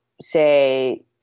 say